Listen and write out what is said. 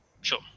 Sure